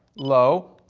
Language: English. low,